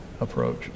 approach